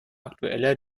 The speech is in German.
aktueller